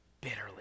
bitterly